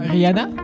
Rihanna